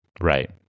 Right